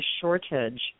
shortage